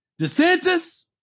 DeSantis